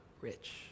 rich